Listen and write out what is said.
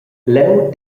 leu